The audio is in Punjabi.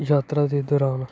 ਯਾਤਰਾ ਦੇ ਦੌਰਾਨ